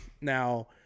Now